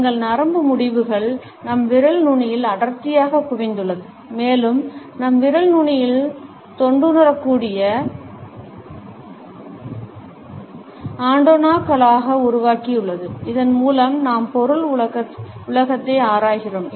எங்கள் நரம்பு முடிவுகள் நம் விரல் நுனியில் அடர்த்தியாக குவிந்துள்ளன மேலும் நம் விரல் நுனிகள் தொட்டுணரக்கூடிய ஆண்டெனாக்களாக உருவாகியுள்ளன இதன் மூலம் நாம் பொருள் உலகத்தை ஆராய்கிறோம்